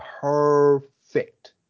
Perfect